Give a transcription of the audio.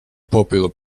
popular